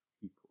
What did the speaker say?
people